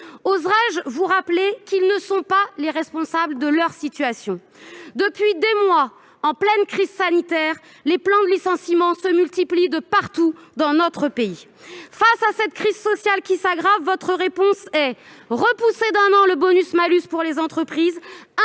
Oserai-je vous rappeler qu'ils ne sont pas responsables de leur situation ? Depuis des mois, en pleine crise sanitaire, les plans de licenciement se multiplient partout dans notre pays. Face à cette crise sociale qui s'aggrave, votre réponse consiste à repousser d'un an le bonus-malus pour les entreprises,